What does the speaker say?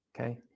Okay